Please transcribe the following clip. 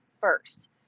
first